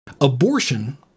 Abortion